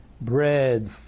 bread